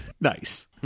nice